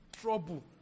trouble